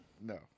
No